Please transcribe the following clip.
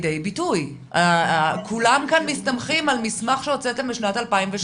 כולם כאן מסתמכים על מסמך שהוצאתם בשנת 2017